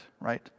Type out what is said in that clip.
right